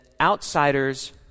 outsiders